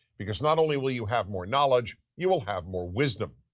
because not only will you have more knowledge, you will have more wisdom.